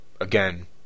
again